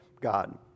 God